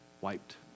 wiped